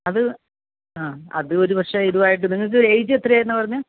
അത് ആ അത് ഒരു പക്ഷെ ഇതുമായിട്ട് നിങ്ങൾക്ക് ഏജ് എത്രയായി എന്നാണ് പറഞ്ഞത്